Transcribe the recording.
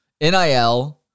NIL